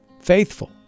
faithful